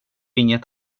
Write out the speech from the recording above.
inget